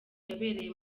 yabereye